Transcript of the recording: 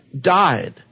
died